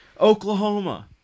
Oklahoma